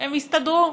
הם יסתדרו.